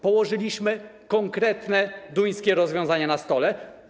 Położyliśmy konkretne, duńskie rozwiązania na stole.